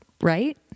right